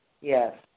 Yes